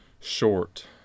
short